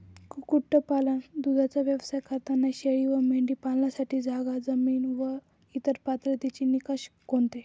कुक्कुटपालन, दूधाचा व्यवसाय करताना शेळी व मेंढी पालनासाठी जागा, जमीन व इतर पात्रतेचे निकष कोणते?